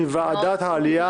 מוועדת העלייה,